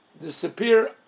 disappear